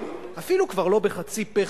אפילו כבר לא בחצי פה,